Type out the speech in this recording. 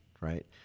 right